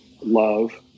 love